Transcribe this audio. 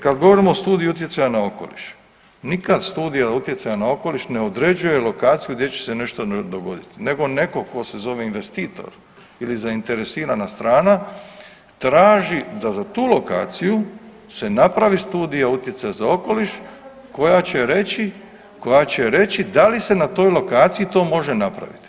Kad govorimo o studiji utjecaja na okoliš, nikad studija utjecaja na okoliš ne određuje lokaciju gdje će se nešto dogoditi, nego netko tko se zove investitor ili zainteresirana strana traži da za tu lokaciju se napravi Studija utjecaja za okoliš koja će reći da li se na toj lokaciji to može napraviti.